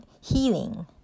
healing